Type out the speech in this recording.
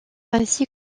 ainsi